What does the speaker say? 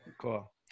Cool